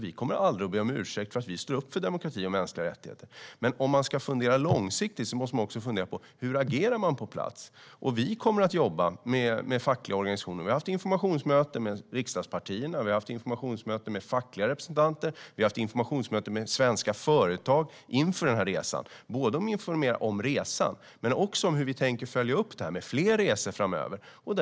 Vi kommer aldrig att be om ursäkt för att vi står upp för demokrati och mänskliga rättigheter. Men ska det fungera långsiktigt måste vi också fundera på hur vi agerar på plats. Vi kommer att jobba med fackliga organisationer. Vi har haft informationsmöten med riksdagspartierna, med fackliga representanter och med svenska företag för att informera om denna resa och hur vi tänker följa upp den med fler resor framöver.